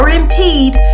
impede